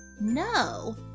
No